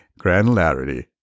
granularity